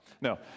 no